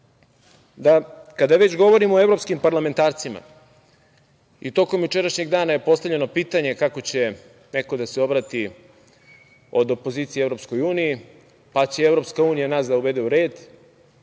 da, kada već govorimo o evropskim parlamentarcima, i tokom jučerašnjeg dana je postavljeno pitanje kako će neko da se obrati od opozicije EU, pa će EU nas da uvede u red,